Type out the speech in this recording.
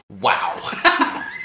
Wow